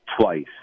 twice